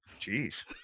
jeez